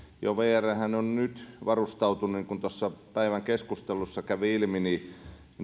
vrhän on jo nyt varustautunut niin kuin tuossa päivän keskustelussa kävi ilmi